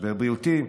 משבר בריאותי,